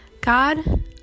God